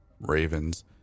Ravens